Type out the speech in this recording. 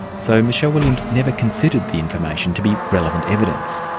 so michele williams never considered the information to be relevant evidence.